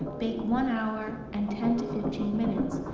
bake one hour and ten to fifteen minutes,